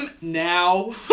now